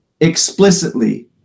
explicitly